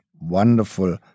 wonderful